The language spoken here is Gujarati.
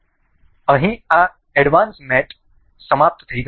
તેથી અહીં આ એડવાન્સ મેટ સમાપ્ત થઈ ગયા છે